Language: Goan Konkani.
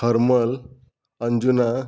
हरमल अंजुना